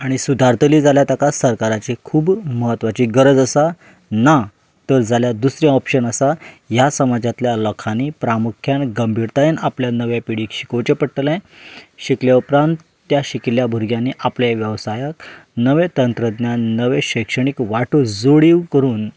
आनी सुदारतली जाल्यार ताका सरकाराची खूब म्हत्वाची गरज आसा ना तर जाल्यार दुसरें ऑप्शन आसा ह्या समाजांतल्या लोकांनी प्रामुख्यान गंभीरतायेन आपल्या नवे पिडीक शिकोवचें पडटलें शिकले उपरांन त्या शिकिल्ल्या भुरग्यांनी आपल्या वेवसायाक नवें तंत्रज्ञान नवे शैक्षणीक वांटो जोडीव करून